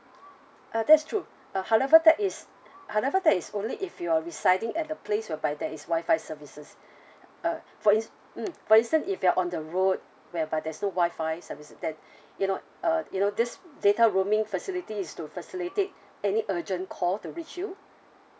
uh that's true uh however that is however that is only if you're residing at a place whereby there is wi-fi services uh for ins~ mm for instance if you're on the road whereby there's no wi-fi services then you know uh you know this data roaming facility is to facilitate any urgent call to reach you